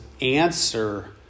answer